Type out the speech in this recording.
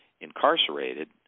incarcerated